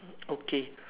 okay